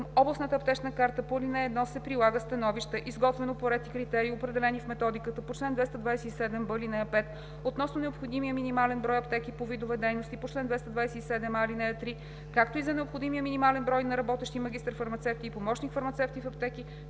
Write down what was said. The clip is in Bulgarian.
областната аптечна карта по ал. 1 се прилага становище, изготвено по ред и критерии, определени в методиката по чл. 227б, ал. 5, относно необходимия минимален брой аптеки по видове дейности по чл. 227а, ал. 3, както и за необходимия минимален брой на работещи магистър-фармацевти и помощник-фармацевти в аптеки,